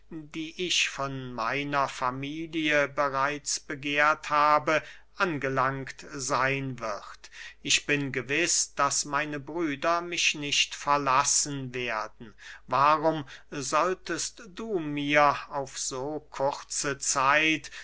die ich von meiner familie bereits begehrt habe angelangt seyn wird ich bin gewiß daß meine brüder mich nicht verlassen werden warum solltest du mir auf so kurze zeit